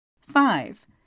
Five